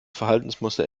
verhaltensmuster